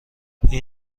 این